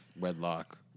wedlock